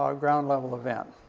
ah ah, ground-level event.